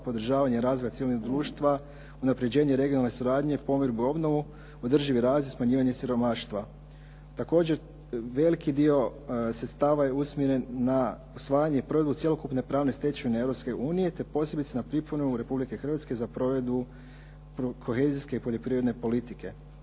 podržavanje razvoja civilnog društva, unapređenje regionalne suradnje, pomirbu i obnovu, održivi razvoj i smanjivanje siromaštva. Također, veliki dio sredstava je usmjeren na usvajanje i provedbu cjelokupne pravne stečevine Europske unije, te posebice na pripremu Republike Hrvatske za provedbu kohezijske i poljoprivredne politike.